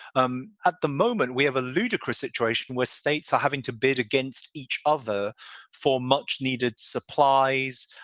um at the moment, we have a ludicrous situation where states are having to bid against each other for much needed supplies.